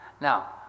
Now